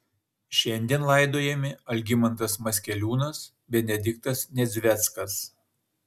šiandien laidojami algimantas maskeliūnas benediktas nedzveckas